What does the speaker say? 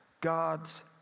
God's